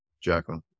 Jacqueline